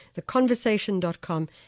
theconversation.com